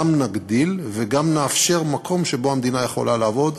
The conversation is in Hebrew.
גם נגדיל וגם נאפשר מקום שבו המדינה יכולה לעבוד.